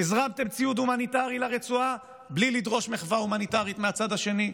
הזרמתם ציוד הומניטרי לרצועה בלי לדרוש מחווה הומניטרית מהצד השני,